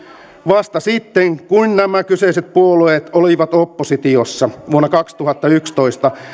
vasta sitten kun nämä kyseiset puolueet olivat oppositiossa vuonna kaksituhattayksitoista